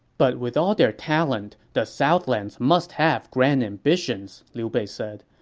but with all their talent, the southlands must have grand ambitions, liu bei said.